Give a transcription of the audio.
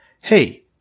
hey